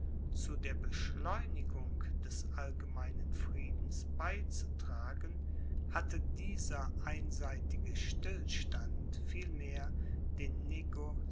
zu der beschleunigung des allgemeinen friedens beizutragen hatte dieser einseitige stillstand vielmehr den negociationen